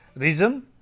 Reason